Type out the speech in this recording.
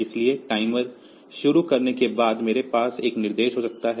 इसलिए टाइमर शुरू करने के बाद मेरे पास एक निर्देश हो सकता है